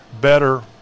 better